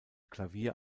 klavier